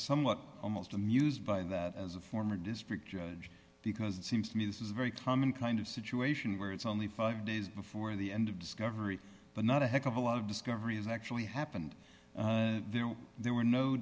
somewhat almost amused by that as a former district judge because it seems to me this is a very common kind of situation where it's only five days before the end of discovery but not a heck of a lot of discovery has actually happened there there were no